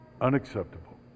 unacceptable